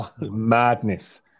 Madness